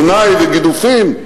גנאי וגידופים,